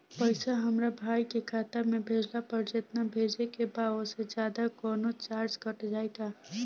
पैसा हमरा भाई के खाता मे भेजला पर जेतना भेजे के बा औसे जादे कौनोचार्ज कट जाई का?